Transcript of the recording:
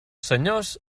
senyors